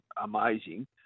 amazing